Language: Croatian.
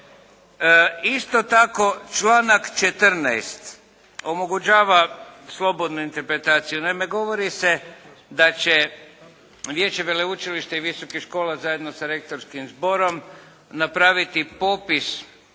Isto tako članak 14. omogućava slobodnu interpretaciju.